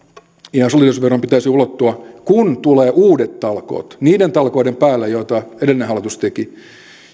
ja solidaarisuusveron pitäisi ulottua että kun tulee uudet talkoot niiden talkoiden päälle joita edellinen hallitus teki ja